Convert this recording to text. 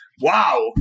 Wow